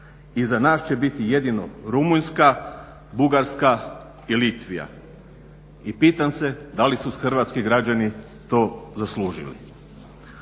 Iza nas će biti jedino Rumunjska, Bugarska i Litvija. I pitam se da li su hrvatski građani to zaslužili?